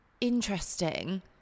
interesting